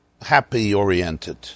happy-oriented